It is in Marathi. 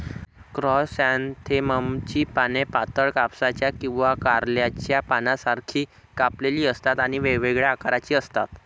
क्रायसॅन्थेममची पाने पातळ, कापसाच्या किंवा कारल्याच्या पानांसारखी कापलेली असतात आणि वेगवेगळ्या आकाराची असतात